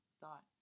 thought